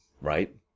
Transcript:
right